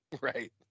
right